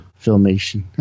Filmation